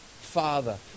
Father